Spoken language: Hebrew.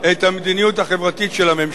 את המדיניות החברתית של הממשלה.